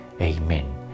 Amen